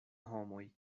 homoj